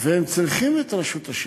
והם צריכים את רשות השידור,